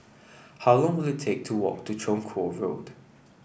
how long will it take to walk to Chong Kuo Road